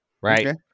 right